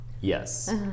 yes